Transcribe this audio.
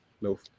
No